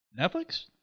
Netflix